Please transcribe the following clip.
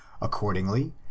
Accordingly